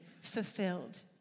fulfilled